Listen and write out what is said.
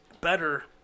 better